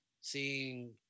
seeing